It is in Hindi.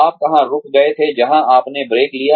आप कहाँ रुके थे जहां आपने ब्रेक लिया